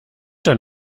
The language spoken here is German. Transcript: dann